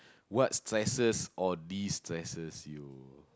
what stresses or destresses you